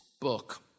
book